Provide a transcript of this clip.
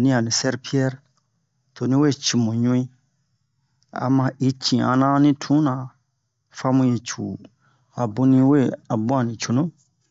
ni a ni sɛrpiɛr to ni we cu mu ɲu'i a ma i ci'ana ni tuna fa mu yi cu a bun ni we a bun a ni cunu